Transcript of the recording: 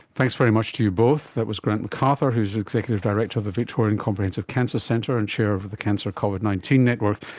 thanks very much to you both. that was grant mcarthur, who is executive director of the victorian comprehensive cancer centre and chair of of the cancer covid nineteen network,